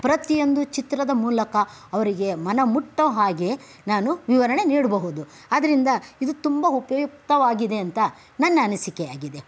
ಪ್ರತಿಯೊಂದು ಚಿತ್ರದ ಮೂಲಕ ಅವರಿಗೆ ಮನ ಮುಟ್ಟೊ ಹಾಗೆ ನಾನು ವಿವರಣೆ ನೀಡಬಹುದು ಅದರಿಂದ ಇದು ತುಂಬ ಉಪಯುಕ್ತವಾಗಿದೆ ಅಂತ ನನ್ನ ಅನಿಸಿಕೆಯಾಗಿದೆ